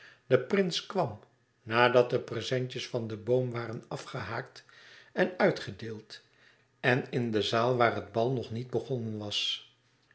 de prins kwam nadat de prezentjes van den boom waren afgehaakt en uitgedeeld en in de zaal waar het bal nog niet begonnen was